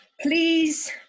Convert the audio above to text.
Please